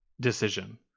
decision